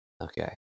Okay